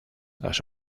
las